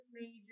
major